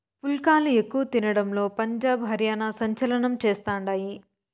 పుల్కాలు ఎక్కువ తినడంలో పంజాబ్, హర్యానా సంచలనం చేస్తండాయి